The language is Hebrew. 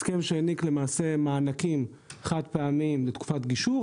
הסכם שלמעשה העניק מענקים חד פעמיים בתקופת גישור.